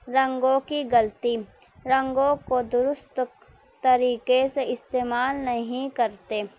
رنگوں کی غلطی رنگوں کو درست طریقے سے استعمال نہیں کرتے